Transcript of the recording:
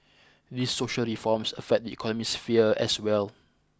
these social reforms affect the economic sphere as well